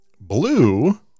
Blue